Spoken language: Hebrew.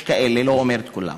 יש כאלה, אני לא אומר שכולם.